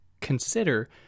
consider